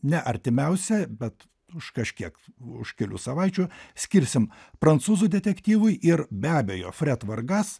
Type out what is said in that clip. ne artimiausią bet už kažkiek už kelių savaičių skirsim prancūzų detektyvui ir be abejo fret vargas